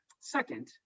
Second